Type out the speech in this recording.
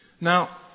Now